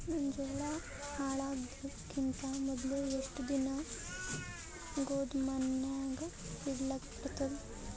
ನನ್ನ ಜೋಳಾ ಹಾಳಾಗದಕ್ಕಿಂತ ಮೊದಲೇ ಎಷ್ಟು ದಿನ ಗೊದಾಮನ್ಯಾಗ ಇಡಲಕ ಬರ್ತಾದ?